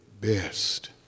best